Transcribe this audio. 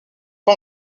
pas